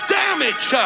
damage